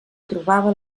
trobava